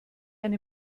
eine